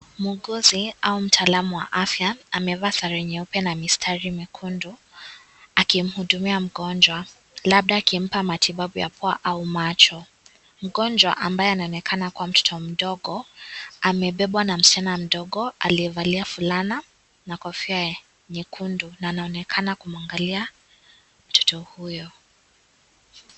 Muuguzi au mtaalamu wa afya amevaa sare nyeupe na mistari mekundu akimhudumia mgonjwa, labda akimpa matibabu ya pua au macho. Mgonjwa ambaye anaonekana kuwa mtoto mdogo amebebwa na msichana mdogo aliyevalia fulana na kofia nyekundu na anaonekana kumwangalia mtoto huyo.